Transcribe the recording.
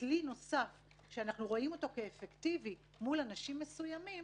כלי נוסף שאנחנו רואים אותו כאפקטיבי ומשפיע מול אנשים מסוימים.